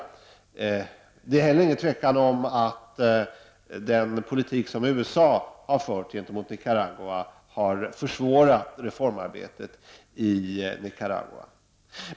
Det är inte heller något tvivel om att den politik som USA har fört gentemot Nicaragua har försvårat reformarbete i Nicaragua.